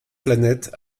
planète